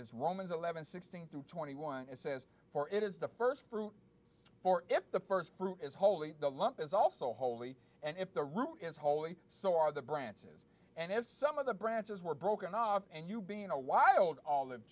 is romans eleven sixteen through twenty one and says for it is the first fruit for the first fruit is holy the lump is also holy and if the root is holy so are the branches and if some of the branches were broken off and you being a wild